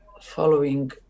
following